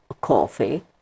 coffee